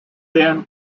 then